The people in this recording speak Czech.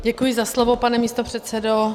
Děkuji za slovo, pane místopředsedo.